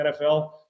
NFL –